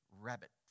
rabbit